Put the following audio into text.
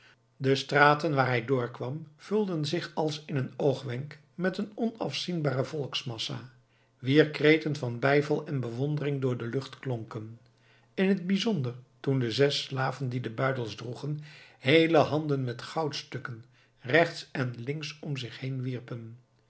de straten waar hij doorkwam vulden zich als in een oogwenk met een onafzienbare volksmassa wier kreten van bijval en bewondering door de lucht klonken in t bijzonder toen de zes slaven die de buidels droegen heele handen met goudstukken rechts en links om zich heen wierpen